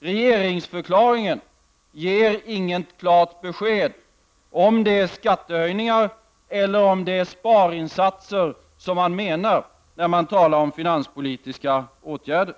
Regeringsförklaringen ger inget klart besked om det är skattehöjningar eller besparingsinsatser som regeringen menar när den talar om finanspolitiska åtgärder.